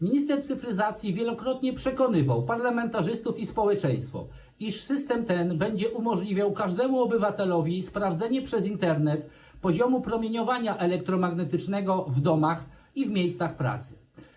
Minister cyfryzacji wielokrotnie przekonywał parlamentarzystów i społeczeństwo, iż system ten będzie umożliwiał każdemu obywatelowi sprawdzenie przez Internet poziomu promieniowania elektromagnetycznego w domach i w miejscach pracy.